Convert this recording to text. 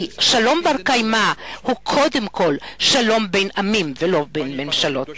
כי שלום בר-קיימא הוא קודם כול שלום בין עמים ולא בין ממשלות.